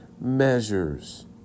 measures